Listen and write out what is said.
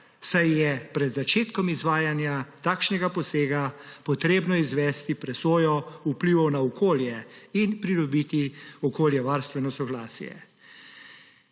saj je pred začetkom izvajanja takšnega posega potrebno izvesti presojo vplivov na okolje in pridobiti okoljevarstveno soglasje.